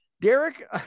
Derek